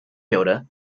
builder